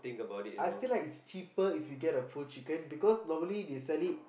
I feel like it's cheaper if we get a full chicken because normally they sell it